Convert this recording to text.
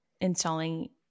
installing